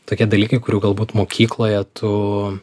tokie dalykai kurių galbūt mokykloje tu